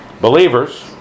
believers